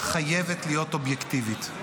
חייבת להיות אובייקטיבית.